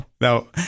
no